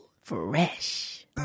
Fresh